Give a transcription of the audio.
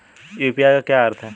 UPI का क्या अर्थ है?